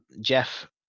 jeff